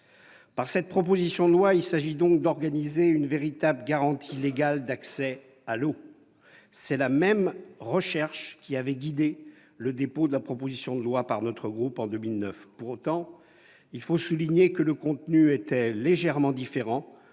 Par cette proposition de loi, il s'agit donc d'organiser une véritable garantie légale d'accès à l'eau. C'est la même recherche qui avait guidé le dépôt de la proposition de loi par notre groupe en 2009. Pour autant, il faut souligner que le contenu était légèrement différent.